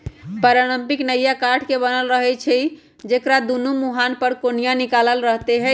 पारंपरिक नइया काठ के बनल रहै छइ जेकरा दुनो मूहान पर कोनिया निकालल रहैत हइ